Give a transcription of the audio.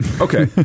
Okay